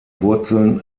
wurzeln